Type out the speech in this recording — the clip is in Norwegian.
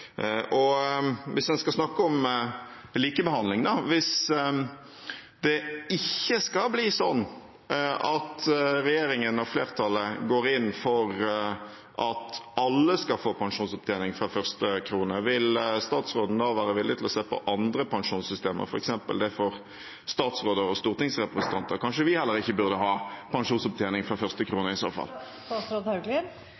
Hvis en skal snakke om likebehandling: Hvis det ikke skal bli sånn at regjeringen og flertallet går inn for at alle skal få pensjonsopptjening fra første krone, vil statsråden da være villig til å se på andre pensjonssystemer, f.eks. det for statsråder og stortingsrepresentanter? Kanskje vi heller ikke burde ha pensjonsopptjening fra første